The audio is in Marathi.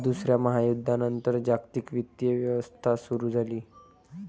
दुसऱ्या महायुद्धानंतर जागतिक वित्तीय व्यवस्था सुरू झाली